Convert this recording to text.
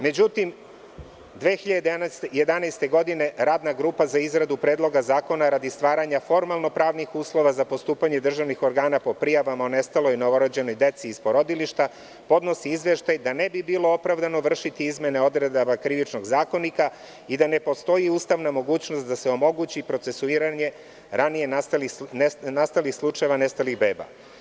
Međutim, 2011. godine Radna grupa za izradu predloga zakona radi stvaranja formalno-pravnih uslova za postupanje državnih organa po prijavama o nestaloj novorođenoj deci iz porodilišta podnosi izveštaj da ne bi bilo opravdano vršiti izmene odredaba Krivičnog zakonika i da ne postoji ustavna mogućnost da se omogući procesuiranje ranije nastalih slučajeva nestalih beba.